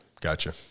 Gotcha